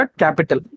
capital